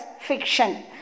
fiction